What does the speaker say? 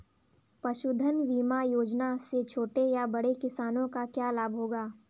पशुधन बीमा योजना से छोटे या बड़े किसानों को क्या लाभ होगा?